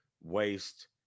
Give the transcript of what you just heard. waste